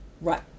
Right